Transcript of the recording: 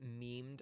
memed